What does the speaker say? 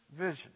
vision